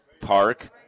park